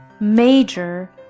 major